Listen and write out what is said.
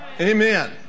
Amen